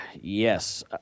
Yes